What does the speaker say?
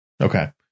Okay